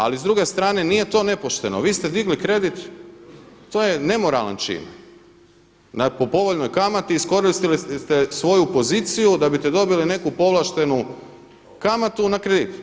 Ali s druge strane nije to nepošteno, vi ste digli kredit, to je nemoralan čin, po povoljnoj kamati, iskoristili ste svoju poziciju da biste dobili neku povlaštenu kamatu na kredit.